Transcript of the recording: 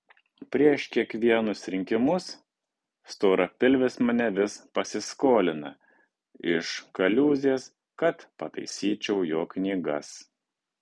prieš kiekvienus rinkimus storapilvis mane vis pasiskolina iš kaliūzės kad pataisyčiau jo knygas